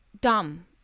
dumb